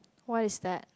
why is that